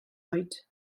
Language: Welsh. oed